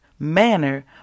manner